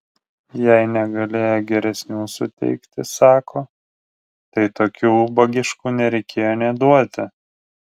jei negalėjo geresnių suteikti sako tai tokių ubagiškų nereikėjo nė duoti